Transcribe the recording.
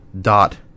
dot